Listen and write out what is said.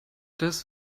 das